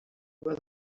where